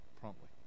promptly